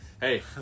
hey